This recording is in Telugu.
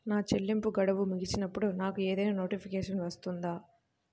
నా చెల్లింపు గడువు ముగిసినప్పుడు నాకు ఏదైనా నోటిఫికేషన్ వస్తుందా?